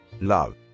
Love